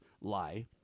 Lie